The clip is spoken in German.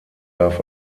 darf